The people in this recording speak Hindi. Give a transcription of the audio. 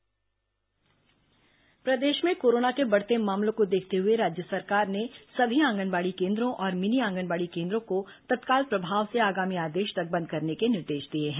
कोरोना आंगनबाड़ी प्रदेश में कोरोना के बढ़ते मामलों को देखते हुए राज्य सरकार ने सभी आंगनबाड़ी केंद्रों और मिनी आंगनबाड़ी केंद्रों को तत्काल प्रभाव से आगामी आदेश तक बंद करने के निर्देश दिए हैं